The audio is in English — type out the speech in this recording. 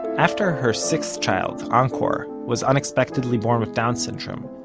after her sixth child, angkor, was unexpectedly born withdown syndrome,